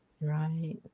Right